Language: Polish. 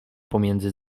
pomiędzy